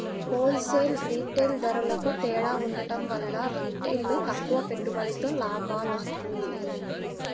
whole sale, retail ధరలకూ తేడా ఉండటం వల్ల రిటైల్లో తక్కువ పెట్టుబడితో లాభాలొత్తన్నాయి